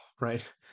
right